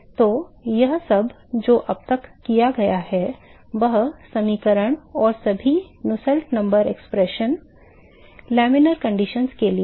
तो वह सब जो अब तक किया गया है सभी समीकरण और सभी नुसेल्ट संख्या व्यंजक laminar conditions के लिए हैं